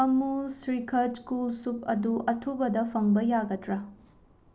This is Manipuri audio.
ꯑꯃꯨꯜ ꯁ꯭ꯔꯤꯈꯗ ꯀꯨꯜ ꯁꯨꯞ ꯑꯗꯨ ꯑꯊꯨꯕꯗ ꯐꯪꯕ ꯌꯥꯒꯗ꯭ꯔꯥ